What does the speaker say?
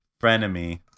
frenemy